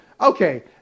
Okay